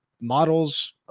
models